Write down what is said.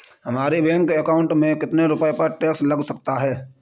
हमारे bank account में कितने रुपये पर टैक्स लग सकता है?